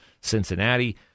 Cincinnati